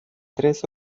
tres